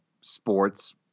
sports